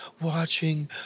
watching